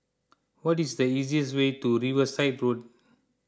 what is the easiest way to Riverside Road